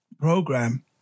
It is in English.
program